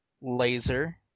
laser